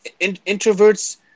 Introverts